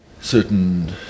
certain